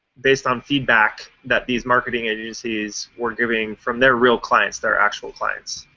based on feedback that these marketing agencies were giving from their real clients, their actual clients.